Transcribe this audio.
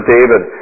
David